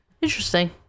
Interesting